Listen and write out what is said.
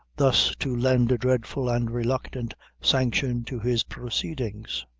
thus to lend a dreadful and reluctant sanction to his proceedings.